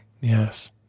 Yes